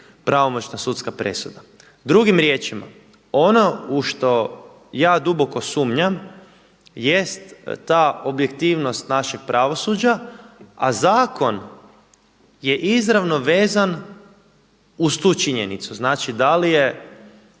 pravomoćna sudska presuda. Drugim riječima, ono u što ja duboko sumnjam jest ta objektivnost našeg pravosuđa, a zakon je izravno vezan uz tu činjenicu. Znači da li je